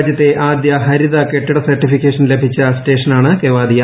രാജ്യത്തെ ആദ്യ ഹരിത കെട്ടിട സെർട്ടിഫിക്കേഷൻ ലഭിച്ച സ്റ്റേഷനാണ് കേവാദിയ